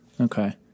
Okay